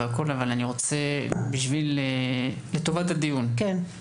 אבל לטובת הדיון,